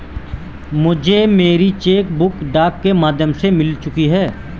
मुझे मेरी cheque book डाक के माध्यम से मिल चुकी है